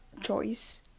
choice